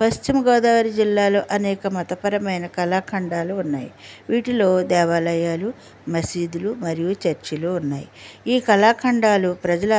పశ్చిమగోదావరి జిల్లాలో అనేక మతపరమైన కళాఖండాలు ఉన్నాయి వీటిలో దేవాలయాలు మసీదులు మరియు చర్చిలు ఉన్నాయి ఈ కళాఖండాలు ప్రజల